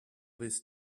this